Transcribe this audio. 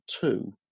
two